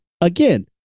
Again